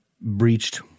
breached